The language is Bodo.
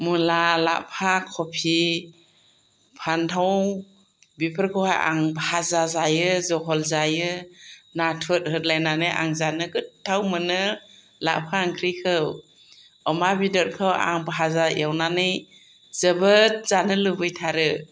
मुला लाफा कबि फान्थाव बेफोरखौहाय आं भाजा जायो जहल जायो नाथुर होलायनानै आं जानो गोथाव मोनो लाफा ओंख्रिखौ अमा बेदरखौ आं भाजा एवनानै जोबोर जानो लुबैथारो